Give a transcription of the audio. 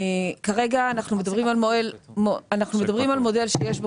כרגע אנחנו מדברים על מודל שיש בו,